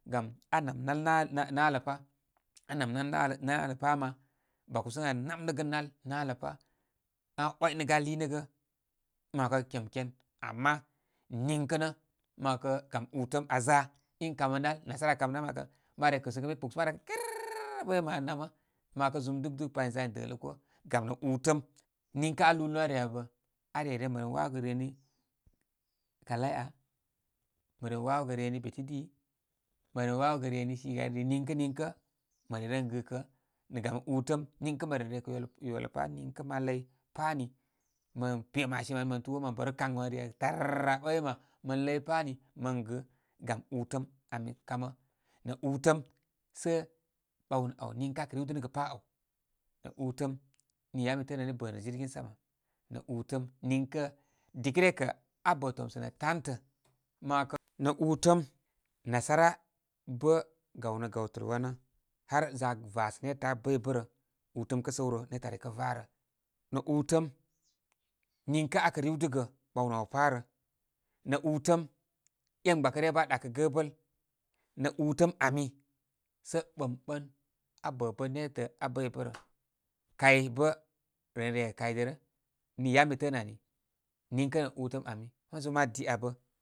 Gam aa nam nal nalə nalə pa' nam nal nalə nalə pa ma. Bako sə ən aa nam nə gə nal nalə pa' ən aa nam nə gə nal nalə pa' ən aa 'wanə'gə' aa lii nə gə, ma wakə kemken. Ama niŋkə kə' nə ma 'wakə gam utəm afa in kamə nal. Nasara aa kamə nal ma re kɨsə kɨn ən bi kpuk sə mad'akə kɨrrr boəyma aa namə'. Ma 'wakə zum digdig pa in za in dələ koo. Gamnə u'təm. Niŋkə alūū lūn aa re abə are ren məren wawagə reni kalai aa mə wawa reni beti ai mə re wawogə reni shoon di niŋkə niŋkə. Mo re reri oi ko nə gam utəm. Niŋkə mə ren rə kə yola pa' nigkakturn ma lər pən npa pe madine mani mɨn tu woo mə baru kaŋ məre tamara boəyma mən ləypani mən gi gam iltəm anii kamə. Nə utəm sə bawnə awniŋkə a ə riwdənəgə pa aw nə utəm nii yabə mi təə ani i tə nə jirgin sama, utəm minŋkə, diko ryə kə abə tomsə' nə tantə' ma wakə- nə ūtəm nasara bə' gawnə gawtəl wanə har za vasə netə abəy bərə. Utəm kə' səw rə netə ari kə varə. Nə utəm niŋkə ata riwdəgə bawnə' aw pa rə. Nə utəm, en gbako ryə bə' aa doakə gəbəl nə' utəm, wani sə dimbin aa bə bon leratə abəyborə. kay bə ren in ki kay derə. Nii yabə mi ləə ani, nigkə' nə utəm ami mə wa dliabə.